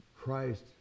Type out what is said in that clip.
Christ